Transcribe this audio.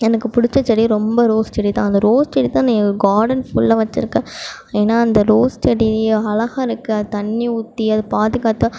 எனக்கு பிடிச்ச செடி ரொம்ப ரோஸ் செடி தான் அந்த ரோஸ் செடிதான் நான் என் கார்டன் ஃபுல்லாக வச்சுருக்கேன் ஏன்னா அந்த ரோஸ் செடி அழகாக இருக்கும் அது தண்ணிர் ஊற்றி அதை பாதுகாத்து